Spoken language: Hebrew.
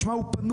משמע הוא פנוי.